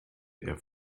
der